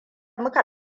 muka